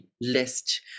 list